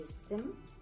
system